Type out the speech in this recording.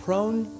Prone